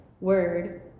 word